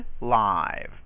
live